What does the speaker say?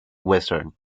western